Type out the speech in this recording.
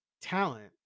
talent